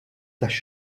tax